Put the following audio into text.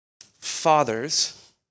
fathers